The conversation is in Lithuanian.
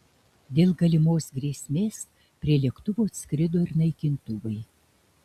dėl galimos grėsmės prie lėktuvo atskrido ir naikintuvai